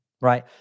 right